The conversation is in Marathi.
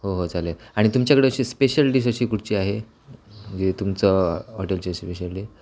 हो हो चालेल आणि तुमच्याकडे अशी स्पेशल डिश अशी कुठची आहे जी तुमचं हॉटेलची स्पेशाली